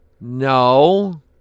No